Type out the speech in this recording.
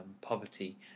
poverty